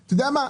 אתה יודע מה?